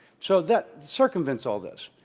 so, that circumvents all this,